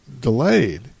delayed